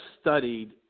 studied